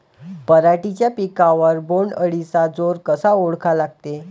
पराटीच्या पिकावर बोण्ड अळीचा जोर कसा ओळखा लागते?